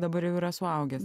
dabar jau yra suaugęs